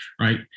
Right